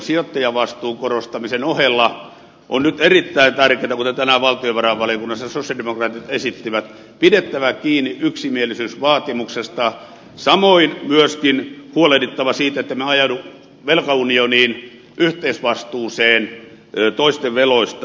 sijoittajavastuun korostamisen ohella on nyt erittäin tärkeätä kuten tänään valtiovarain valiokunnassa sosialidemokraatit esittivät pi tää kiinni yksimielisyysvaatimuksesta samoin myöskin huolehtia siitä että emme ajaudu velkaunioniin yhteisvastuuseen toisten veloista